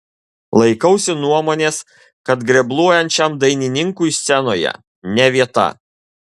laikausi nuomonės kad grebluojančiam dainininkui scenoje ne vieta